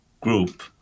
group